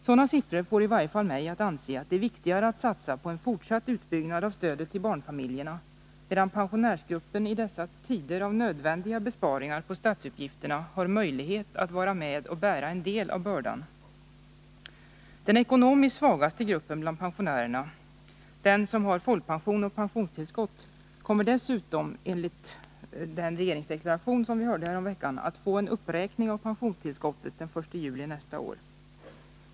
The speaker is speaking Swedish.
Sådana siffror får i varje fall mig att anse att det är viktigare att vi satsar på fortsatt utbyggnad av stödet till barnfamiljerna, medan pensionärsgruppen i dessa tider av nödvändiga besparingar på statsutgifterna har möjlighet att vara med och bära en del av bördan. Den ekonomiskt svagaste gruppen bland pensionärerna, den som har folkpension och pensionstillskott, kommer dessutom, enligt den regeringsdeklaration som vi hörde häromveckan, att få en uppräkning av pensionstillskottet den 1 juli nästa år.